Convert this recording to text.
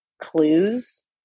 clues